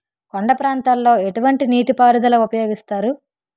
కొండ ప్రాంతాల్లో ఎటువంటి నీటి పారుదల ఉపయోగిస్తారు?